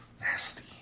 Nasty